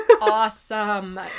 awesome